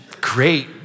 great